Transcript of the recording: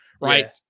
right